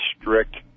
strict